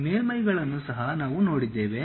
ಮೇಲ್ಮೈಗಳನ್ನು ಸಹ ನಾವು ನೋಡಿದ್ದೇವೆ